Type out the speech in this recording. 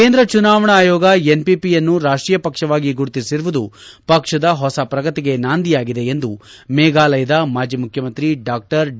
ಕೇಂದ್ರ ಚುನಾವಣಾ ಆಯೋಗ ಎನ್ಪಿಪಿಯನ್ನು ರಾಷ್ಟೀಯ ಪಕ್ಷವಾಗಿ ಗುರುತಿಸಿರುವುದು ಪಕ್ಷದ ಹೊಸ ಪ್ರಗತಿಗೆ ನಾಂದಿಯಾಗಿದೆ ಎಂದು ಮೇಘಾಲಯದ ಮಾಜಿ ಮುಖ್ಯಮಂತ್ರಿ ಡಾ ಡಿ